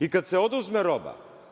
I kada se oduzme roba,